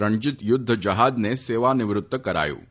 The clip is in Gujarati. રણજીત યુદ્ધ જહાજને સેવા નિવૃત્ત કરાયું હતું